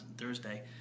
Thursday